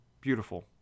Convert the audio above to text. beautiful